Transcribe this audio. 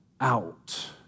out